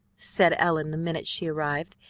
said ellen the minute she arrived,